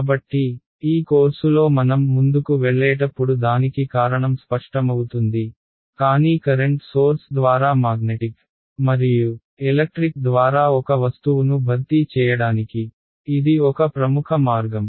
కాబట్టి ఈ కోర్సులో మనం ముందుకు వెళ్ళేటప్పుడు దానికి కారణం స్పష్టమవుతుంది కానీ కరెంట్ సోర్స్ ద్వారా మాగ్నెటిక్ మరియు ఎలక్ట్రిక్ ద్వారా ఒక వస్తువును భర్తీ చేయడానికి ఇది ఒక ప్రముఖ మార్గం